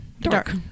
dark